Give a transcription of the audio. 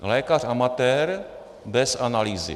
Lékař amatér bez analýzy.